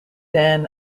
then